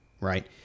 right